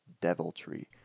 deviltry